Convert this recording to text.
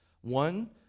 one